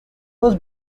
was